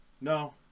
no